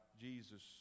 Jesus